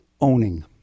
owning